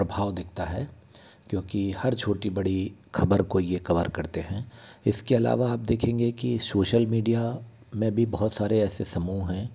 प्रभाव दिखता है क्योंकि हर छोटी बड़ी ख़बर को ये कवर करते हैं इसके अलावा आप देखेंगे कि सोशल मीडिया में भी बहुत सारे ऐसे समूह हैं